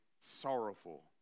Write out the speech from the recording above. sorrowful